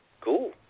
cool